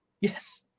Yes